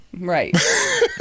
right